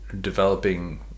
developing